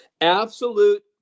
Absolute